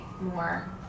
more